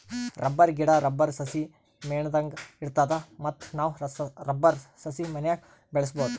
rubber ಗಿಡಾ, rubber ಸಸಿ ಮೇಣದಂಗ್ ಇರ್ತದ ಮತ್ತ್ ನಾವ್ ರಬ್ಬರ್ ಸಸಿ ಮನ್ಯಾಗ್ ಬೆಳ್ಸಬಹುದ್